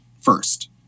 first